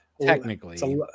technically